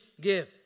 give